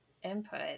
input